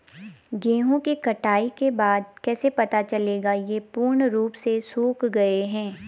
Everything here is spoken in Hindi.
गेहूँ की कटाई के बाद कैसे पता चलेगा ये पूर्ण रूप से सूख गए हैं?